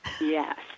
Yes